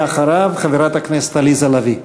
ואחריו, חברת הכנסת עליזה לביא.